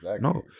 No